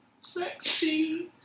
Sexy